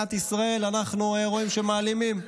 ובמדינת ישראל אנחנו רואים שמעלימים.